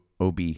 Ob